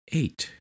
eight